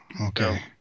Okay